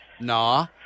Nah